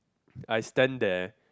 I stand there